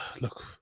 look